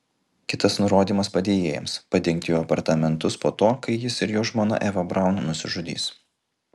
kitas nurodymas padėjėjams padegti jo apartamentus po to kai jis ir jo žmona eva braun nusižudys